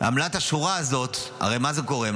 עמלת השורה הזאת, הרי מה קורה?